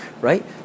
Right